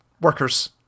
workers